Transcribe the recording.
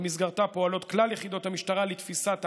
ובמסגרתה פועלות כלל יחידות המשטרה לתפיסת אמל"ח.